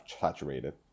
saturated